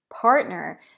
partner